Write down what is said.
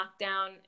Lockdown